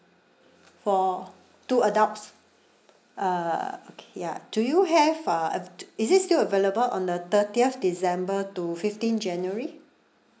for two adults uh okay ya do you have uh is it still available on the thirtieth december to fifteen january